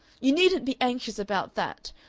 you needn't be anxious about that!